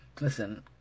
listen